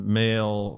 male